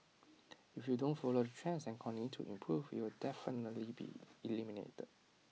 if you don't follow the trends and continue to improve you'll definitely be eliminated